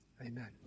Amen